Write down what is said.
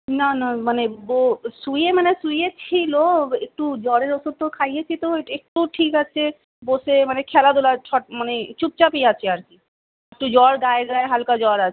না না মানে বো শুয়ে মানে শুয়েছিল একটু জ্বরের ওষুধ খাইয়েছি তো ওইট একটু ঠিক আছে বসে মানে খেলাধুলা ছট মানে চুপচাপই আছে আর কি একটু জ্বর গায়ে গায়ে হালকা জ্বর আছে